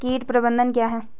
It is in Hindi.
कीट प्रबंधन क्या है?